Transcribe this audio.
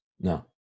No